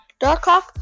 Darkhawk